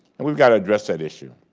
and we've got to address that issue.